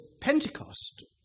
Pentecost